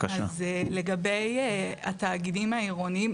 לגבי התאגידים העירוניים,